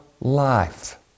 life